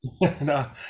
no